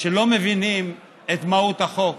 הוא שלא מבינים את מהות החוק.